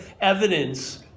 evidence